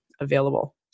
available